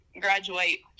graduate